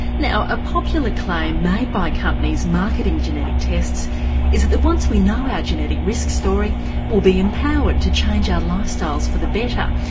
now a popular claim made by companies marketing genetic tests is that once we know our genetic risk story we'll be empowered to change our lifestyles for the better.